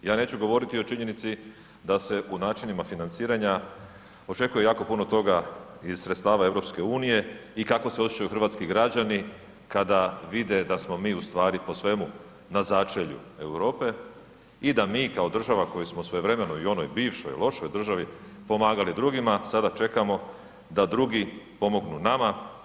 Ja neću govoriti o činjenici da se u načinima financiranja očekuje jako puno toga iz sredstava EU i kako se osjećaju hrvatski građani kada vide da smo mi ustvari po svemu na začelju Europe i da mi kao država koji smo svojevremen i u onoj bivšoj lošoj državi pomagali drugima, sada čekamo da drugi pomognu nama.